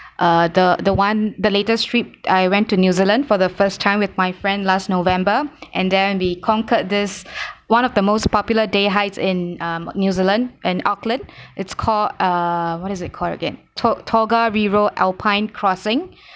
uh the the one the latest trip I went to new zealand for the first time with my friend last november and then we conquered this one of the most popular day hikes in um new zealand in auckland it's called uh what is it call again to~ tongariro alpine crossing